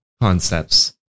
concepts